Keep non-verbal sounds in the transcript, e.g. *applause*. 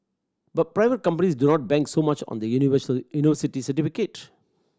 but private companies do not bank so much on the *unintelligible* university certificate